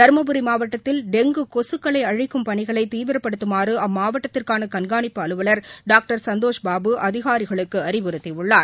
தர்மபுரி மாவட்டத்தில் டெங்கு கொசுக்களை அழிக்கும் பணிகளை தீவிரப்படுத்தமாறு அம்மாவட்டத்திற்கான கண்கானிப்பு அலுவலர் டாக்டர் சந்தோஷ் பாபு அதிகாரிகளுக்கு அறிவுறத்தியுள்ளார்